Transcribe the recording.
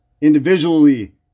Individually